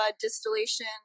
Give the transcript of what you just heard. distillation